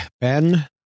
Ben